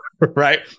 right